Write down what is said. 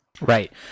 Right